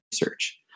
research